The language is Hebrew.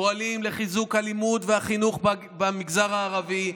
פועלים לחיזוק הלימוד והחינוך במגזר הערבי,